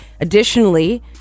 Additionally